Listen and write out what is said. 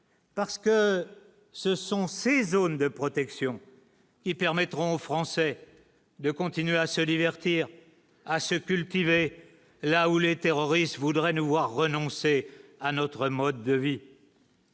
Parce que ce sont ces zones de protection. Ils permettront aux Français de continuer à se divertir à se cultiver, là où les terroristes voudraient nous voir renoncer à notre mode de vie.